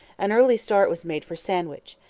an early start was made for sandwich,